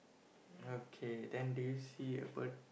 okay then do you see a bird